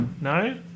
No